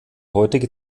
heutige